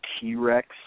T-Rex